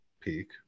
peak